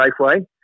Safeway